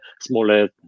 smaller